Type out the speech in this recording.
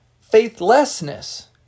faithlessness